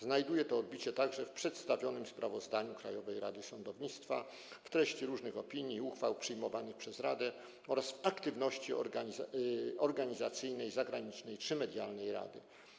Znajduje to odbicie także w przedstawionym sprawozdaniu Krajowej Rady Sądownictwa, w treści różnych opinii i uchwał przyjmowanych przez radę oraz w aktywności organizacyjnej, zagranicznej czy medialnej rady.